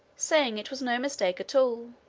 saying it was no mistake at all.